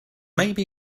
maybe